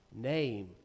name